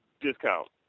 discount